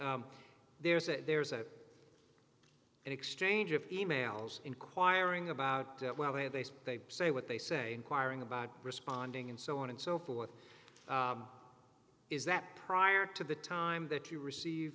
there's a there's a an exchange of emails inquiring about well and they say they say what they say enquiring about responding and so on and so forth is that prior to the time that you receive